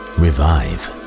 revive